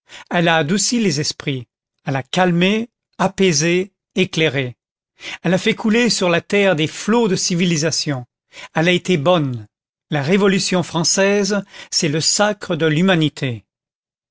elle a adouci les esprits elle a calmé apaisé éclairé elle a fait couler sur la terre des flots de civilisation elle a été bonne la révolution française c'est le sacre de l'humanité